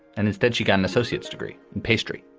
and instead she got an associate's degree in pastry.